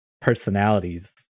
personalities